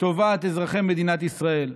טובת אזרחי מדינת ישראל.